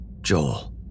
Joel